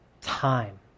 time